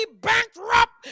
bankrupt